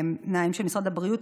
העיניים של משרד הבריאות,